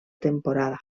temporada